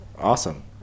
awesome